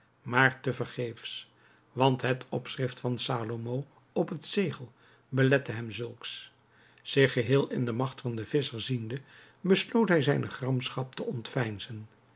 maar te vergeefs want het opschrift van salomo op het zegel belette hem zulks zich geheel in de magt van den visscher ziende besloot hij zijne gramschap te ontveinzen